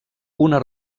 una